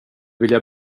vilja